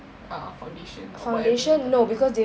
ah foundation or whatever tak tahu